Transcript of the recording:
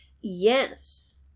Yes